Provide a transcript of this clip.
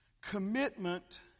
Commitment